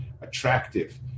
Attractive